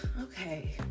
Okay